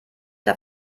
der